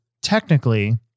technically